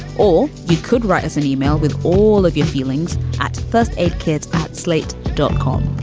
or you could write us an email with all of your feelings at first aid. kids at slate dot com